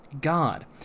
God